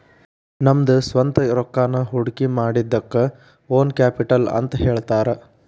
ನಮ್ದ ಸ್ವಂತ್ ರೊಕ್ಕಾನ ಹೊಡ್ಕಿಮಾಡಿದಕ್ಕ ಓನ್ ಕ್ಯಾಪಿಟಲ್ ಅಂತ್ ಹೇಳ್ತಾರ